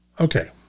Okay